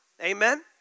amen